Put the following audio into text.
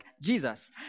Jesus